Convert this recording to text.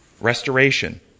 Restoration